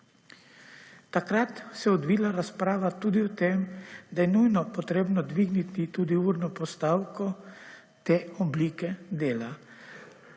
Takrat se je odvila razprava tudi o tem, da je nujno potrebno dvigniti tudi urno postavko te oblike dela,